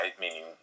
meaning